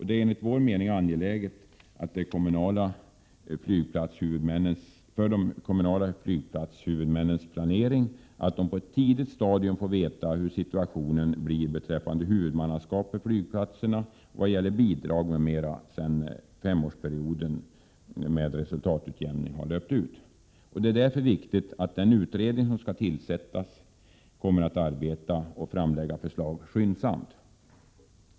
Det är enligt vår mening angeläget för de kommunala flygplatshuvudmännens planering att de på ett tidigt stadium får veta hur situationen blir beträffande huvudmannaskap för flygplatserna och vad gäller bidrag m.m. sedan femårsperioden med resultatutjämning har löpt ut. Det är därför viktigt att den utredning som skall tillsättas kommer att arbeta och framlägga förslag skyndsamt.